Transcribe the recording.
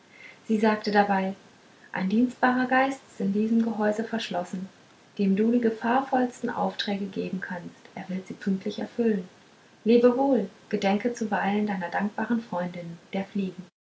sie sagte dabei ein dienstbarer geist ist in diesem gehäuse verschlossen dem du die gefahrvollsten aufträge geben kannst er wird sie pünktlich erfüllen lebe wohl gedenke zuweilen deiner dankbaren freundinnen der fliegen